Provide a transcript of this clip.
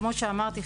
כמו שאמרתי,